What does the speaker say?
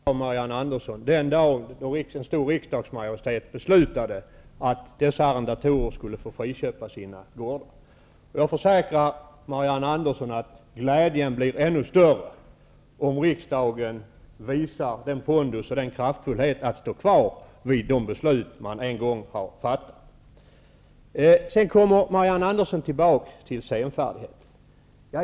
Herr talman! Glädjen var stor för Marianne Andersson den dag som en stor riksdagsmajoritet beslutade att dessa arrendatorer skulle få friköpa sina gårdar. Och jag försäkrar Marianne Andersson att glädjen blir ännu större om riksdagen visar pondus och kraftfullhet att stå fast vid de beslut som man en gång har fattat. Marianne Andersson återkom till senfärdigheten.